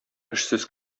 эшсез